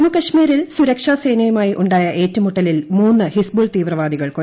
ജമ്മുകശ്മീരിൽ സുരക്ഷാസേനയുമായി ഉണ്ടായ ഏറ്റുമുട്ടലിൽ മൂന്നു ഹിസ്ബുൾ തീവ്രവാദികൾ കൊല്ലപ്പെട്ടു